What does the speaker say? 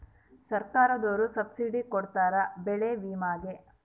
ಸರ್ಕಾರ್ದೊರು ಸಬ್ಸಿಡಿ ಕೊಡ್ತಾರ ಬೆಳೆ ವಿಮೆ ಗೇ